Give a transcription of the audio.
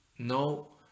no